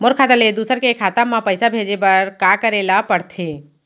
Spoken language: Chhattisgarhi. मोर खाता ले दूसर के खाता म पइसा भेजे बर का करेल पढ़थे?